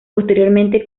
posteriormente